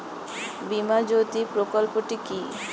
বীমা জ্যোতি প্রকল্পটি কি?